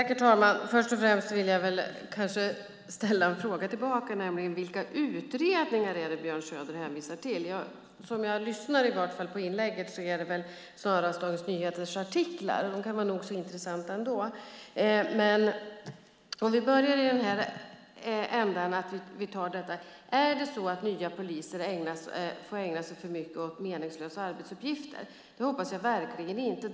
Herr talman! Först och främst vill jag ställa en fråga tillbaka: Vilka utredningar är det Björn Söder hänvisar till? Om jag lyssnar på inlägget antar jag att det snarast är Dagens Nyheters artiklar det handlar om, men de kan ju vara nog så intressanta. Låt oss börja i den här ändan: Är det så att nya poliser får ägna sig för mycket åt meningslösa arbetsuppgifter? Det hoppas jag verkligen inte.